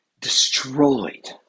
destroyed